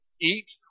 eat